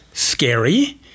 Scary